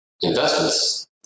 investments